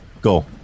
Go